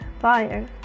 fire